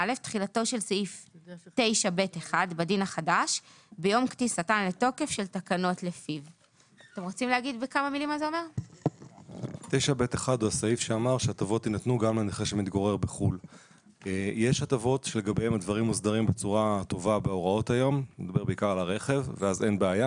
סעיף 7ה1. 7ה1,